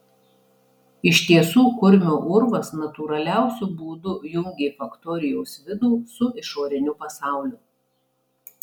iš tiesų kurmio urvas natūraliausiu būdu jungė faktorijos vidų su išoriniu pasauliu